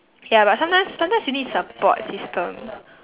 ya but sometimes sometimes you need support system